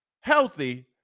healthy